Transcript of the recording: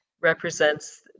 represents